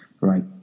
right